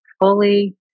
fully